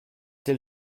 tel